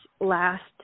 last